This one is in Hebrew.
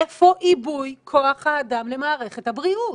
איפה עיבוי כוח האדם למערכת הבריאות?